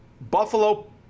Buffalo